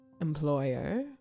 employer